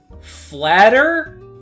Flatter